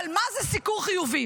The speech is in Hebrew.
אבל מה זה סיקור חיובי?